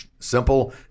Simple